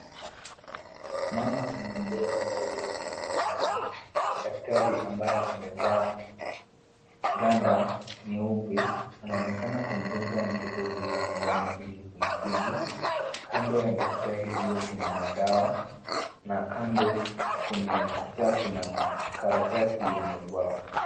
Mama amembeba mtoto wake mikononi. Daktari ambaye amevaa ngwanda nyeupe, anaonekana kumdunga mtoto huyu sindano ili kumtibu. Kando ya daktari hiyo kuna madawa na kando kwenye ukuta kuna makaratasi yenye ubao.